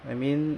I mean